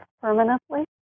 permanently